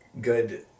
good